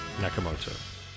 Nakamoto